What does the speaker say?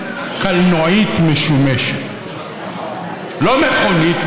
מוותרת, קסניה סבטלובה, לא נוכחת,